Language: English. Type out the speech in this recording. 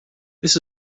this